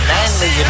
Manly